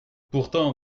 pourtant